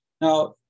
Now